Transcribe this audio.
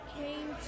came